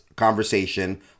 conversation